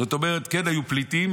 זאת אומרת, כן היו פליטים.